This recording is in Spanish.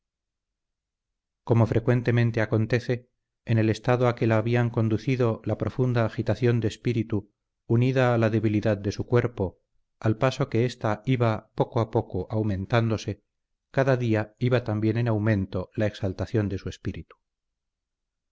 como frecuentemente acontece en el estado a que la habían conducido la profunda agitación de espíritu unida a la debilidad de su cuerpo al paso que esta iba poco a poco aumentándose cada día iba también en aumento la exaltación de su espíritu